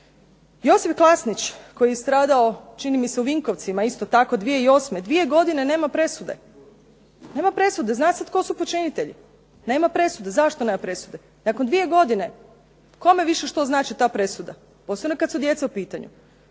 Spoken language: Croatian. Josip Klasnić koji je stradao čini mi se u Vinkovcima isto tako 2008., dvije godine nema presude. Nema presude. Zna se tko su počinitelji, nema presude. Zašto nema presude? Nakon dvije godine kome više što znači ta presuda, posebno kad su djeca u pitanju.